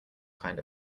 kind